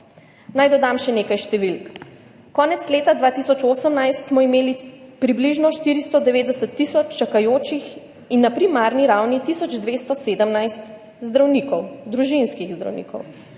Naj dodam še nekaj številk. Konec leta 2018 smo imeli približno 490 tisoč čakajočih in na primarni ravni tisoč 217 zdravnikov, družinskih zdravnikov.